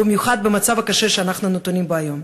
במיוחד במצב הקשה שאנחנו נתונים בו היום.